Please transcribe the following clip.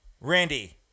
Randy